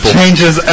changes